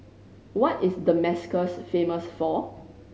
what is Damascus famous for